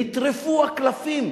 נטרפו הקלפים.